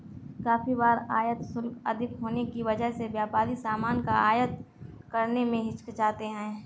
काफी बार आयात शुल्क अधिक होने की वजह से व्यापारी सामान का आयात करने में हिचकिचाते हैं